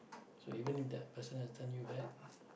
so even if that person has done you bad